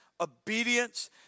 obedience